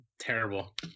terrible